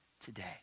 today